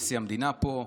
נשיא המדינה פה,